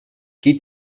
qui